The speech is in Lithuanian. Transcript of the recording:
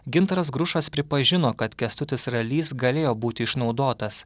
gintaras grušas pripažino kad kęstutis ralys galėjo būti išnaudotas